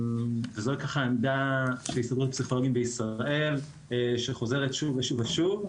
זאת עמדה של הסתדרות פסיכולוגים בישראל שחוזרת שוב ושוב,